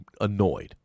annoyed